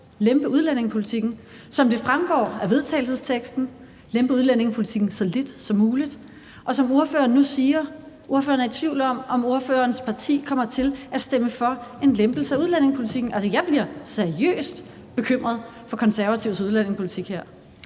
lempe udlændingepolitikken, som det fremgår af vedtagelsesteksten, altså lempe udlændingepolitikken så lidt som muligt? Og som ordføreren nu siger, er ordføreren i tvivl om, om ordførerens parti kommer til at stemme for en lempelse af udlændingepolitikken. Altså, jeg bliver seriøst bekymret for Konservatives udlændingepolitik her.